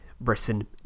Britain